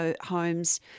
homes